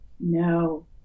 no